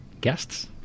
guests